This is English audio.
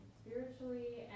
spiritually